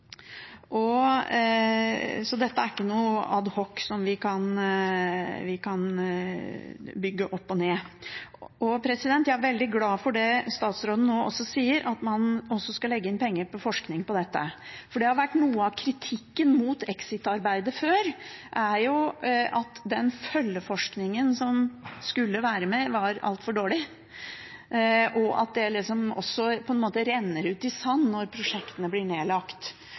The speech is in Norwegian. tapt. Så dette er ikke ad hoc-løsninger som vi kan bygge opp og bygge ned. Jeg er veldig glad for det statsråden nå sier om at man også skal legge inn penger til forskning på dette. Noe av kritikken mot exit-arbeidet før har vært at den følgeforskningen som skulle være med, var altfor dårlig, og at det på en måte renner ut i sanden når prosjektene blir nedlagt.